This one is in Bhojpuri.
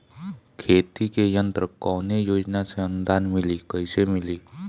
खेती के यंत्र कवने योजना से अनुदान मिली कैसे मिली?